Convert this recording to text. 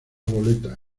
boleta